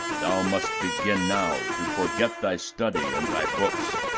thou must begin now to forget thy study and thy books,